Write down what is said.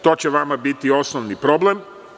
To će vama biti osnovni problem.